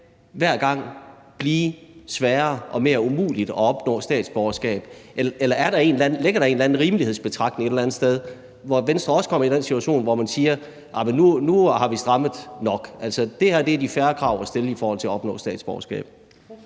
hver gang skal blive sværere og mere umuligt at opnå statsborgerskab? Eller ligger der en anden rimelighedsbetragtning et eller andet sted, hvor Venstre også kommer i den situation, at man siger: Nu har vi strammet nok, altså det her er de fair krav at stille i forhold til at opnå statsborgerskab?